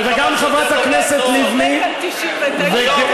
תפסיק כבר